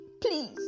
please